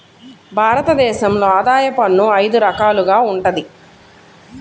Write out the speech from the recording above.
భారత దేశంలో ఆదాయ పన్ను అయిదు రకాలుగా వుంటది